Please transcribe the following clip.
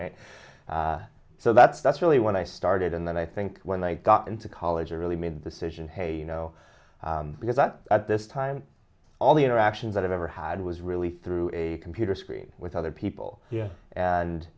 right so that's that's really when i started and then i think when i got into college or really made the decision hey you know because that at this time all the interactions that i've ever had was really through a computer screen with other people